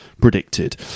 predicted